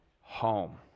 home